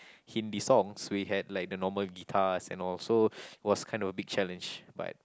Hindi songs we had like the normal guitars and all so was kind of a bit challenge but